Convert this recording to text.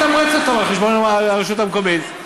בואי ונתמרץ אותם על חשבון הרשות המקומית.